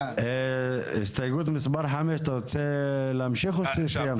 אתה רוצה להמשיך להסתייגות מספר 5 או שסיימת?